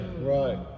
Right